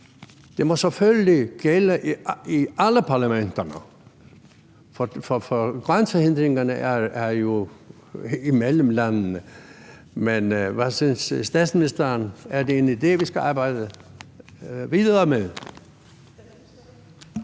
Det må selvfølgelig gælde i alle parlamenterne, for grænsehindringerne er jo imellem landene. Men hvad synes statsministeren? Er det en idé, vi skal arbejde videre med?